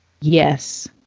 Yes